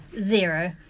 Zero